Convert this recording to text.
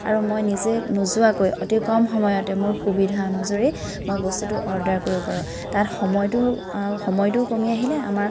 আৰু মই নিজে নোযোৱাকৈ অতি কম সময়তে মোৰ সুবিধা অনুযায়ী মই বস্তুটো অৰ্দাৰ কৰিব পাৰোঁ তাত সময়টো সময়টোও কমি আহিলে আমাৰ